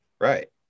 Right